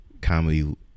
comedy